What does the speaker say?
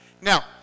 Now